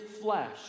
flesh